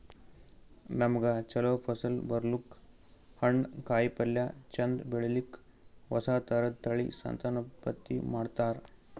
ನಮ್ಗ್ ಛಲೋ ಫಸಲ್ ಬರ್ಲಕ್ಕ್, ಹಣ್ಣ್, ಕಾಯಿಪಲ್ಯ ಚಂದ್ ಬೆಳಿಲಿಕ್ಕ್ ಹೊಸ ಥರದ್ ತಳಿ ಸಂತಾನೋತ್ಪತ್ತಿ ಮಾಡ್ತರ್